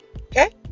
okay